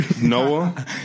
Noah